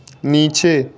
नीचे